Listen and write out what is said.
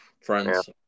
friends